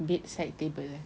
bed side table eh